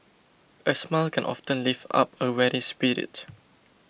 a smile can often lift up a weary spirit